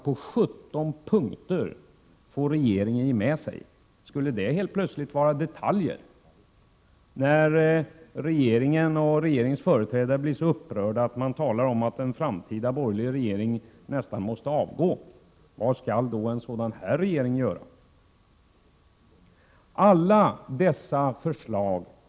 På 17 punkter får regeringen ge med sig. Skulle det helt plötsligt röra sig om detaljer? När regeringen och dess företrädare blir så upprörda att de talar om 57 att en framtida borgerlig regering nästan måste avgå, frågar man sig vad en sådan här regering skall göra.